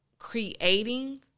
creating